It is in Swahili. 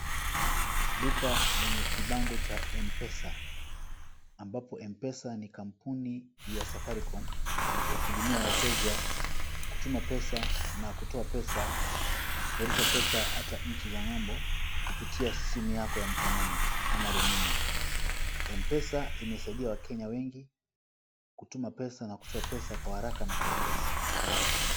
Duka lenye kijibango cha mpesa, kampuni ya Safaricom ya kuhudumia wateja, kutuma, kutoa na kufurusha pesa hata nchi za ngambo kupitia simu yako ya mkononi ama rununu imewasaidia wakenyaa wengi kutuma ama kutoa pesa kwa haraka na kwa wepesi.